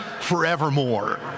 forevermore